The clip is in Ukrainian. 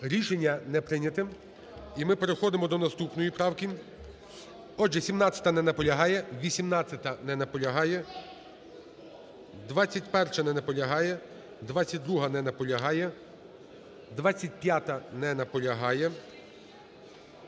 Рішення не прийнято. І ми переходимо до наступної правки. Отже, 17-а. Не наполягає. 18-а. Не наполягає. 21-а. Не наполягає. 22-а. Не наполягає. 25-а. Не наполягає.